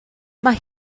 mae